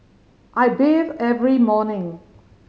I bathe every morning